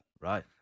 Right